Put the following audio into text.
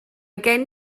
gen